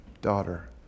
daughter